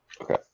Okay